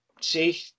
See